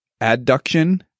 adduction